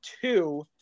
two